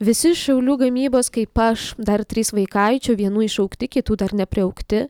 visi šiaulių gamybos kaip aš dar trys vaikaičio vienų išaugti kitų dar nepriaugti